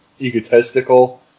egotistical